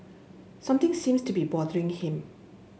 something seems to be bothering him